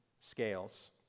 scales